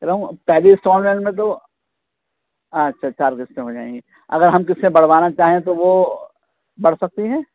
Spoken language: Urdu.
کہہ رہا ہوں پہلی انسٹالمنٹ میں تو اچھا چار قسطیں ہو جائیں گی اگر ہم قسطیں بڑھوانا چاہیں تو وہ بڑھ سکتی ہیں